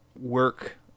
work